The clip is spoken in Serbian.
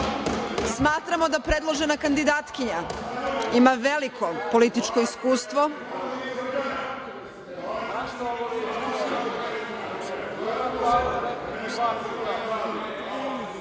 Smatramo da predložena kandidatkinja ima veliko političko iskustvo…(Nenad